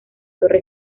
torre